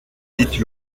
dite